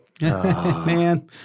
Man